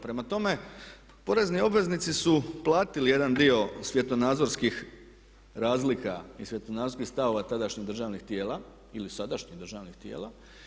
Prema tome porezni obveznici su platili jedan dio svjetonazorskih razlika i svjetonazorskih stavova tadašnjih državni tijela, ili sadašnjih državnih tijela.